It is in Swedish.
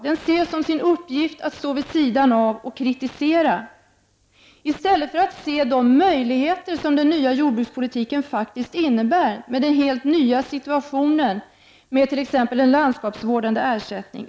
Den ser som sin uppgift att stå vid sidan av och kritisera i stället för att se de möjligheter som den nya jordbrukspolitiken faktiskt innebär med den helt nya situation som t.ex. ersättningen för landskapsvård för med sig.